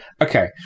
Okay